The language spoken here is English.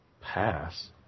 Pass